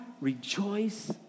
rejoice